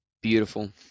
beautiful